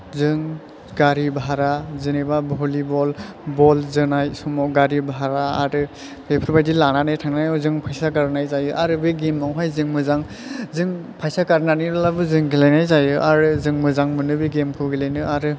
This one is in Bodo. जों गारि भारा जेनोबा भलिबल बल जोनाय समाव गारि भारा आरो बेफोरबादि लानानै थांनायाव जों फैसा गारनाय जायो आरो बे गेमावहाय जों मोजां जों फैसा गारनानैब्लाबो जों गेलेनाय जायो आरो जों मोजां मोनो बे गेमखौ गेलेनो आरो